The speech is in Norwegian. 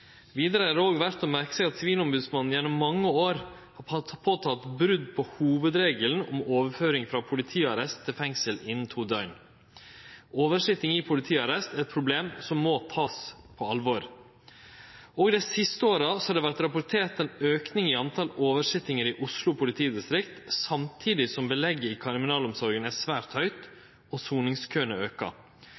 Vidare er det òg verd å merkje seg at Sivilombodsmannen gjennom mange år har påtalt brot på hovudregelen om overføring frå politiarrest til fengsel innan to døgn. Oversitting i politiarrest er eit problem som må takast på alvor. Òg dei siste åra har det vorte rapportert ein auke i talet på oversittingar i Oslo politidistrikt, samtidig som belegget i kriminalomsorga er svært høgt og soningskøane aukar.